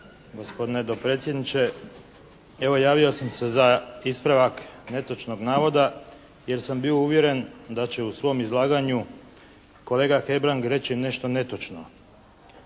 Gospodine dopredsjedniče, evo javio sam se za ispravak netočnog navoda jer sam bio uvjeren da će u svom izlaganju kolega Hebrang reći nešto netočno.